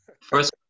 first